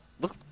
look –